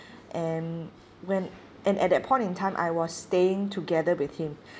and when and at that point in time I was staying together with him